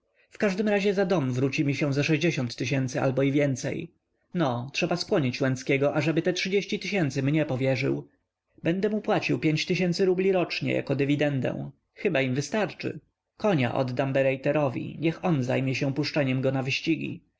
w każdym razie za dom wróci mi się ze albo i więcej no trzeba skłonić łęckiego ażeby te mnie powierzył będę mu płacił rubli rocznie jako dywidendę chyba im wystarczy konia oddam berejterowi niech on zajmie się puszczeniem go na wyścigi